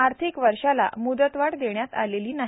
आर्थिक वर्षाला म्दतवाढ देण्यात आलेली नाही